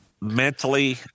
mentally